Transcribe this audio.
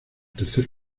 tercer